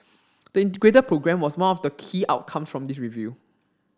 the Integrated Programme was one of the key outcomes from this review